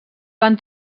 van